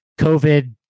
COVID